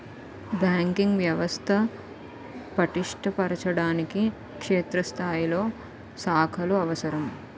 banking వ్యవస్థ పటిష్ట పరచడానికి క్షేత్రస్థాయిలో శాఖలు అవసరం